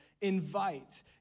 invite